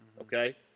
Okay